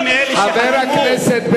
חלילה,